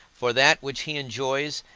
for that which he enjoys,